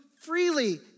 freely